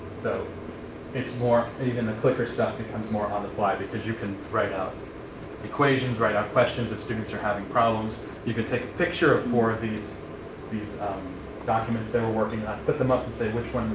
so it's more. even the clicker stuff becomes more on the fly because you can write out equations, write questions if students are having problems. you can take a picture of four of these these documents they were working on, put them up and say, which one